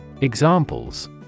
Examples